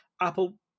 Apple